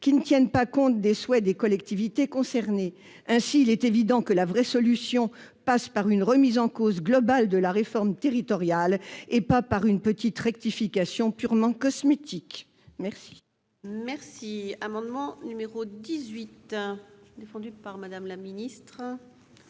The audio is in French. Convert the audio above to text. qui ne tiennent pas compte des souhaits des collectivités concernées. Ainsi, il est évident que la vraie solution passe par une remise en cause globale de la réforme territoriale, et non par une petite rectification purement cosmétique. La